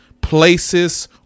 places